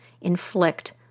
inflict